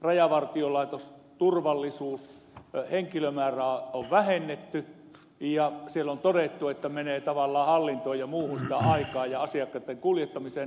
poliisissa rajavartiolaitoksessa turvallisuudessa henkilömäärärahoja on vähennetty ja siellä on todettu että menee tavallaan hallintoon ja muuhun sitä aikaa ja asiakkaitten kuljettamiseen